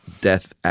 death